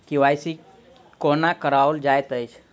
KYC कोना कराओल जाइत अछि?